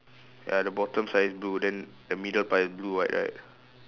ya the bottom side is blue then the middle part is blue white right